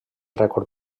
rècord